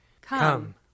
Come